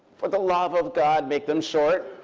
for the love of god, make them short.